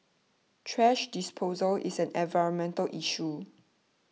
thrash disposal is an environmental issue